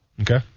Okay